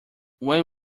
when